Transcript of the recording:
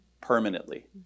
permanently